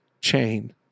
Chain